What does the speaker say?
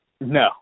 No